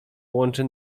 łączy